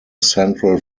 central